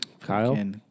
Kyle